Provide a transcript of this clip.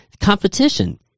competition